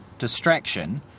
Distraction